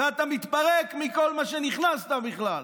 ואתה מתפרק מכל מה שנכנסת איתו בכלל.